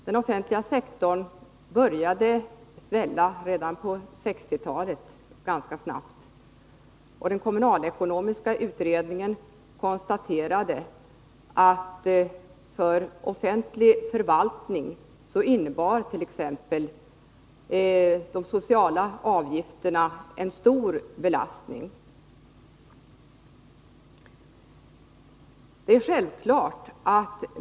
Den offentliga sektorn började svälla snabbt redan på 1960-talet. Den kommunalekonomiska utredningen konstaterade också att för den offentliga sektorn innebar de sociala avgifterna en stor belastning, vilket också bidragit till den snabba expansionen.